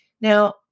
Now